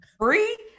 Free